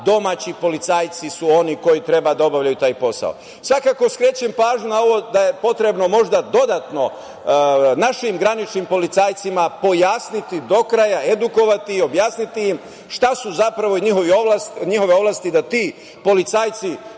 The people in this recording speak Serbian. domaći policajci oni koji treba da obavljaju taj posao. Svakako skrećem pažnju na ovo da je možda potrebno dodatno našim graničnim policajcima pojasniti, do kraja ih edukovati i objasniti im šta su zapravo njihove oblasti, da ti policajci